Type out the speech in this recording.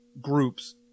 groups